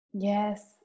Yes